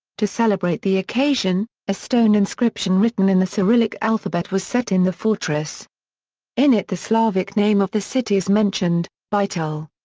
to celebrate the occasion, a stone inscription written in the cyrillic alphabet was set in the fortress in it the slavic name of the city is mentioned bitol.